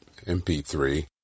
MP3